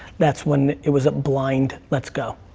that's when it was a blind, let's go.